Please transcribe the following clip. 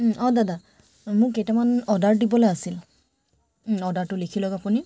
অঁ দাদা মোক কেইটামান অৰ্ডাৰ দিবলৈ আছিল অৰ্ডাৰটো লিখি লওক আপুনি